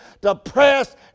depressed